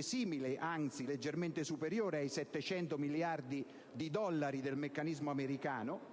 (simile, anzi leggermente superiore ai 700 miliardi di dollari del meccanismo americano),